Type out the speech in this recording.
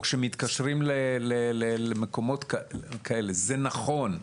או כשמתקשרים למקומות כאלה זה נכון.